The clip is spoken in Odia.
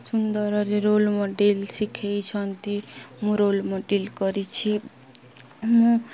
ସୁନ୍ଦରରେ ରୋଲ ମଡ଼େଲ ଶିଖେଇଛନ୍ତି ମୁଁ ରୋଲ ମଡ଼େଲ କରିଛି ମୁଁ